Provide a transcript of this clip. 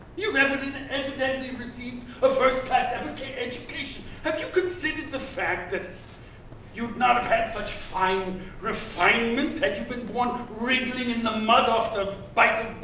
you've evidently evidently received a first class education. have you considered the fact that you've not have had such fine refinements had you been born wriggling in the mud off the bay.